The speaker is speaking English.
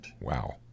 Wow